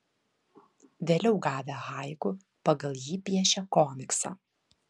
vėliau gavę haiku pagal jį piešė komiksą